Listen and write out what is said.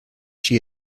she